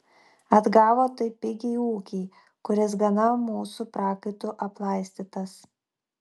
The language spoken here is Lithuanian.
atgavo taip pigiai ūkį kuris gana mūsų prakaitu aplaistytas